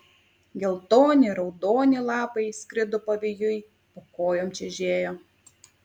geltoni raudoni lapai skrido pavėjui po kojom čežėjo